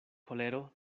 kolero